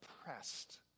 oppressed